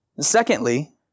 Secondly